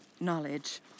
knowledge